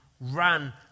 ran